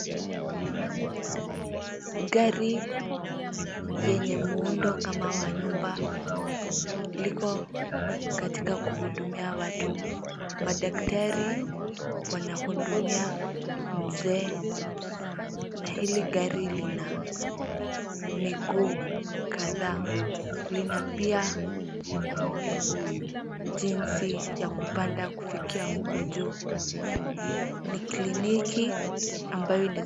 Gari yenye muundo kama wa nyumba liko katika kuhudumia watu. Madaktari wanahudumia mzee, na hili gari lina miguu kadhaa lina pia jinsi ya kupanda kufikia huko juu. Ni kliniki ambayo ina...